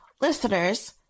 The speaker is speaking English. listeners